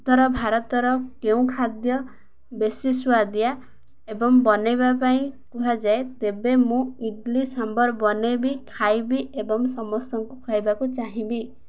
ଉତ୍ତର ଭାରତର କେଉଁ ଖାଦ୍ୟ ବେଶୀ ସୁଆଦିଆ ଏବଂ ବନେଇବା ପାଇଁ କୁହାଯାଏ ତେବେ ମୁଁ ଇଟିଲିି ସାମ୍ବର୍ ବନେଇବି ଖାଇବି ଏବଂ ସମସ୍ତଙ୍କୁ ଖାଇବାକୁ ଚାହିଁବି